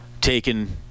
taken